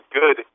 good